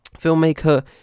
Filmmaker